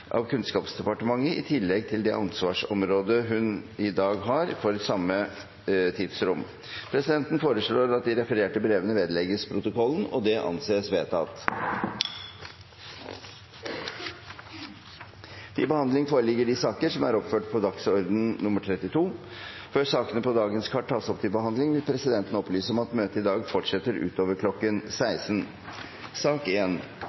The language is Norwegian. av Kunnskapsdepartementet, i tillegg til det ansvarsområdet hun har i dag, for samme tidsrom.» Presidenten foreslår at de refererte brevene vedlegges protokollen. – Det anses vedtatt. Før sakene på dagens kart tas opp til behandling, vil presidenten opplyse om at møtet i dag fortsetter utover